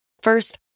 First